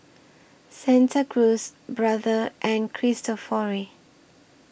Santa Cruz Brother and Cristofori